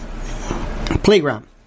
playground